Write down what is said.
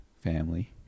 family